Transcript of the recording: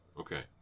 Okay